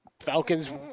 Falcons